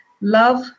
love